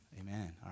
Amen